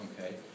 okay